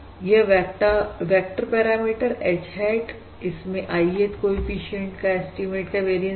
यह vector parameter H hat इसमें I th coefficient का एस्टीमेट का वेरियंस है